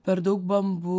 per daug bambu